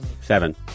Seven